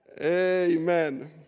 Amen